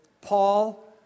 Paul